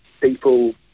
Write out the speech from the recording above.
people